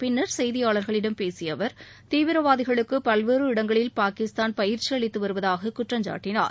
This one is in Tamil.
பின்னர் செய்தியாளர்களிடம் பேசிய அவர் தீவிரவாதிகளுக்கு பல்வேறு இடங்களில் பாகிஸ்தான் பயிற்சி அளித்து வருவதாக குற்றம் சாட்டினார்